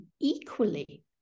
equally